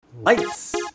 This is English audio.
lights